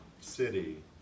city